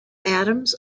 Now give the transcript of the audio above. atoms